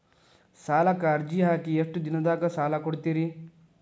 ಸಾಲಕ ಅರ್ಜಿ ಹಾಕಿ ಎಷ್ಟು ದಿನದಾಗ ಸಾಲ ಕೊಡ್ತೇರಿ?